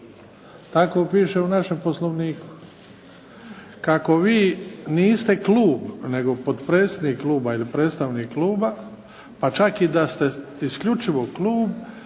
Tako piše u našem Poslovniku. Kako vi niste klub nego potpredsjednik kluba ili predstavnik kluba pa čak i da ste isključivo klub